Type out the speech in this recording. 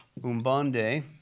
Umbande